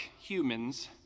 humans